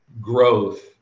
growth